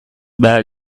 bag